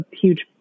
huge